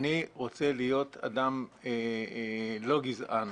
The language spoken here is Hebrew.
אני רוצה להיות אדם לא גזען,